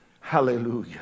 hallelujah